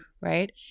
right